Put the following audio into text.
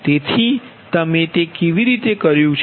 તેથી તમે તે કેવી રીતે કર્યું છે